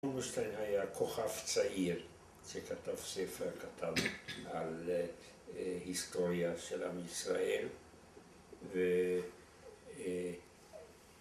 ירושלים היה כוכב צעיר שכתב ספר, כתב על היסטוריה של עם ישראל ו...